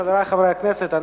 חברי חברי הכנסת,